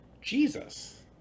Jesus